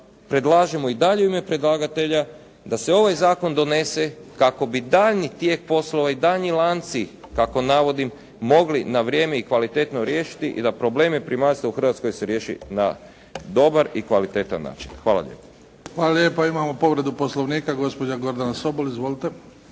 predlažemo i dalje u ime predlagatelja da se ovaj zakon donese kako bi daljnji tijek poslova i daljnji lanci kako navodim, mogli na vrijeme i kvalitetno riješiti i da probleme primaljstva u Hrvatskoj se riješi na dobar i kvalitetan način. Hvala lijepo. **Bebić, Luka (HDZ)** Hvala lijepa. Imamo povredu Poslovnika, gospođa Gordana Sobol. Izvolite.